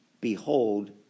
Behold